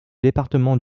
département